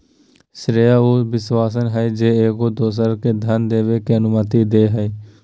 श्रेय उ विश्वास हइ जे एगो दोसरा के धन देबे के अनुमति दे हइ